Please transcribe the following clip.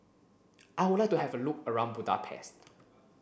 I would like to have a look around Budapest